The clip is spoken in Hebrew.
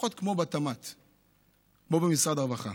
לפחות כמו במשרד הרווחה,